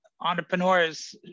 entrepreneurs